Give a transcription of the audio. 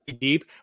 deep